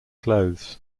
clothes